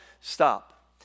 stop